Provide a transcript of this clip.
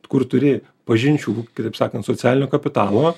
kur turi pažinčių kitaip sakant socialinio kapitalo